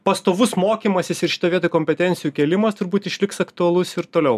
pastovus mokymąsis ir šitoj vietoj kompetencijų kėlimas turbūt išliks aktualus ir toliau